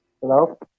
Hello